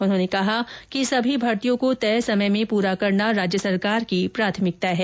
उन्होंने कहा कि सभी भर्तियों को तय समय में पूरा करना राज्य सरकार की प्राथमिकता है